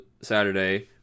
Saturday